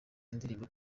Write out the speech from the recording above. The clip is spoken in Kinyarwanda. indirimbo